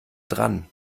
dran